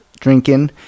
Drinking